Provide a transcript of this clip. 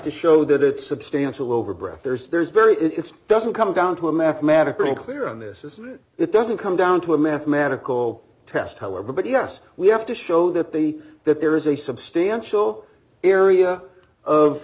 to show that it's a substantial overbred there's there's very it's doesn't come down to a mathematical clear on this is it doesn't come down to a mathematical test however but yes we have to show that the that there is a substantial area of